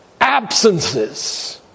absences